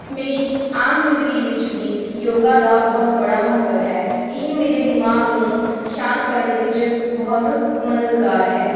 ਮੇਰੀ ਆਮ ਜ਼ਿੰਦਗੀ ਵਿੱਚ ਵੀ ਯੋਗਾ ਦਾ ਬਹੁਤ ਬੜਾ ਮਹੱਤਵ ਹੈ ਇਹ ਮੇਰੇ ਦਿਮਾਗ ਨੂੰ ਸ਼ਾਂਤ ਕਰਨ ਵਿੱਚ ਬਹੁਤ ਮਦਦਗਾਰ ਹੈ